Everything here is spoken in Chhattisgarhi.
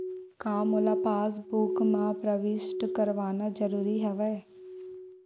का मोला पासबुक म प्रविष्ट करवाना ज़रूरी हवय?